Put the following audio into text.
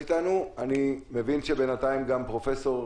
הייתה כאן שאלה באשר לחלופות,